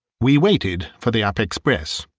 we waited for the up express,